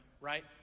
right